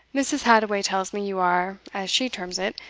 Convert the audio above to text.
mrs. hadoway tells me you are, as she terms it,